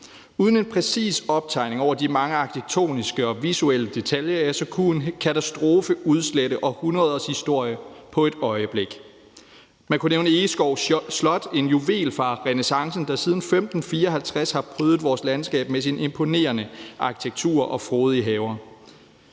Uden en præcis optegning af de mange arkitektoniske og visuelle detaljer kunne en katastrofe udslette århundreders historie på et øjeblik. Man kunne nævne Egeskov Slot, som er en juvel fra renæssancen, der siden 1554 har prydet vores landskab med sin imponerende arkitektur og sine frodige haver.